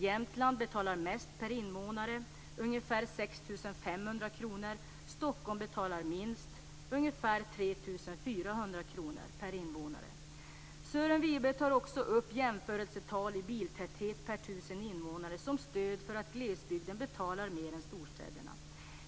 Jämtland betalar mest per invånare, ungefär 6 500 kr. Stockholm betalar minst per invånare, ungefär 3 400 kr. Sören Wibe tar även upp jämförelsetal i biltäthet per tusen invånare som stöd för att glesbygden betalar mer än storstäderna.